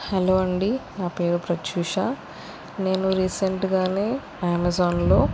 hello అండి నా పేరు ప్రత్యూష నేను రీసెంట్గానే అమెజాన్లో